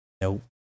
Nope